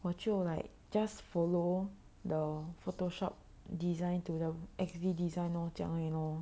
我就 like just follow the Photoshop design to the X_V design loh 这样而已 loh